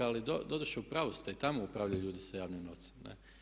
Ali doduše u pravu ste, i tamo upravljaju ljudi sa javnim novcem.